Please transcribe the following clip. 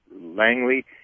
Langley